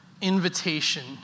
invitation